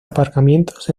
aparcamientos